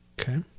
Okay